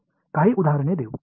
तर काही उदाहरणे घेऊ